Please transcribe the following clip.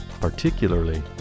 particularly